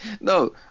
No